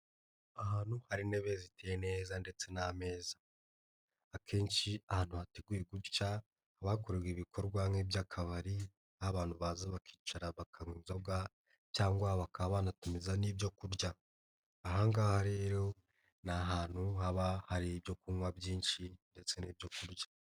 Ahantu hari intebe ziteye neza ndetse n'amezaza akenshi ahantu hateguye gutya abakorerwa ibikorwa nk'iby'akabari abantu baza bakicara bakanywa inzoga cyangwa bakaba banatumiza n'ibyo kurya ahangaha rero ni ahantutu haba hari ibyo kunywa byinshi ndetse n'ibyo kurya.